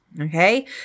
Okay